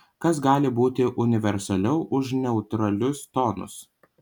kas gali būti universaliau už neutralius tonus